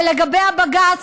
ולגבי הבג"ץ,